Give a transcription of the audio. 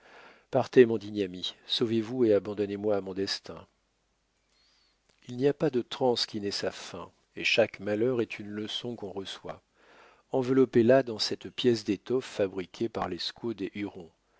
partez mon digne ami sauvez-vous et abandonnez moi à mon destin il n'y a pas de transe qui n'ait sa fin et chaque malheur est une leçon qu'on reçoit enveloppez la dans cette pièce d'étoffe fabriquée par les squaws des hurons